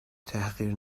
تحقیر